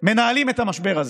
מנהלים את המשבר הזה,